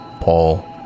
paul